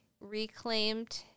reclaimed